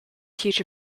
teach